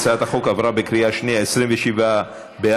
הצעת החוק עברה בקריאה שנייה: 27 בעד,